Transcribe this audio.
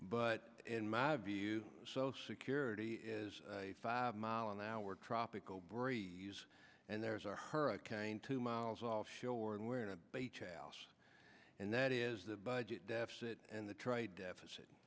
but in my view so security is a five mile an hour tropical breeze and there's a hurricane two miles offshore and we're in a house and that is the budget deficit and the trade deficit